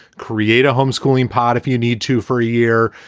create a homeschooling part if you need to for a year,